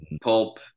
Pulp